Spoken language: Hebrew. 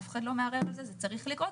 אף אחד לא מערער על זה, זה צריך לקרות.